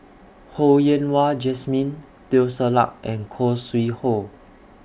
Ho Yen Wah Jesmine Teo Ser Luck and Khoo Sui Hoe